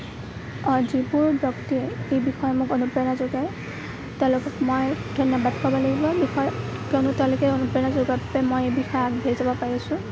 যিবোৰ ব্যক্তিয়ে মোক এই বিষয়ে অনুপ্ৰেৰণা যোগায় তেওঁলোকক মই ধন্যবাদ ক'ব লাগিব এই বিষয়ে কিয়নো তেওঁলোকে অনুপ্ৰেৰণা যোগোৱাত মই এই বিষয়ে আগবাঢ়ি যাব পাৰিছোঁ